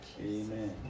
Amen